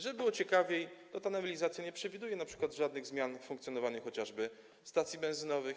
Żeby było ciekawiej, to ta nowelizacja nie przewiduje np. żadnych zmian w funkcjonowaniu chociażby stacji benzynowych.